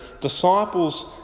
disciples